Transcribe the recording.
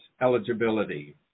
eligibility